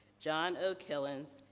john o killens,